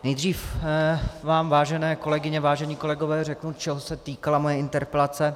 Nejdřív vám, vážené kolegyně, vážení kolegové, řeknu, čeho se týkala moje interpelace.